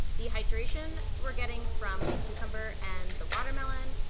the hydration we're getting from the cucumber and the watermelon,